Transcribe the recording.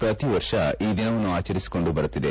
ಪ್ರತಿ ವರ್ಷ ಈ ದಿನವನ್ನು ಆಚರಿಸಿಕೊಂಡು ಬರುತ್ತಿದೆ